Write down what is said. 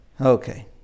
Okay